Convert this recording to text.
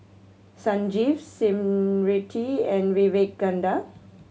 Sanjeev Smriti and Vivekananda